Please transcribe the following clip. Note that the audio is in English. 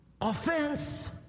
offense